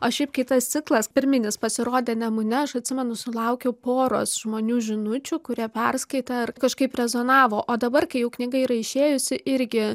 o šiaip kai tas ciklas pirminis pasirodė nemune aš atsimenu sulaukiau poros žmonių žinučių kurie perskaitė ir kažkaip rezonavo o dabar kai jau knyga yra išėjusi irgi